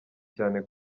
cyane